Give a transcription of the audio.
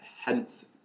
hence